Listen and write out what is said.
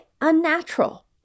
unnatural